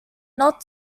not